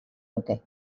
nuke